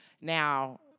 Now